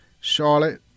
Charlotte